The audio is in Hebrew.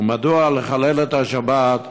ומדוע לחלל את השבת,